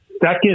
second